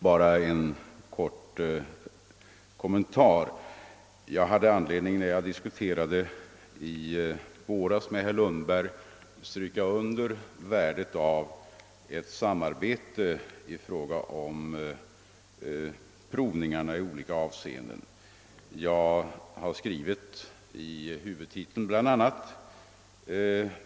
Herr talman! När jag i våras diskuterade denna fråga med herr Lundberg hade jag anledning att understryka värdet av ett samarbete i olika avseenden när det gäller dessa provningar.